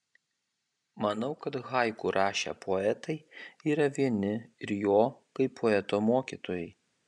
manau kad haiku rašę poetai yra vieni ir jo kaip poeto mokytojai